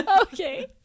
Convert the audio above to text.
Okay